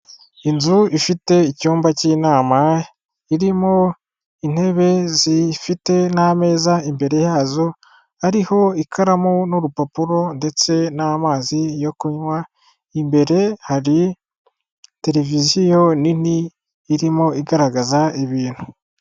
Inzu ifite icyumba cy'inama irimo intebe zifite n'ameza imbere yazo ariho ikaramu n'urupapuro ndetse n'amazi yo kunywa imbere hari tereviziyo nini irimo igaragaza ibintu.